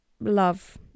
love